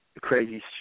crazy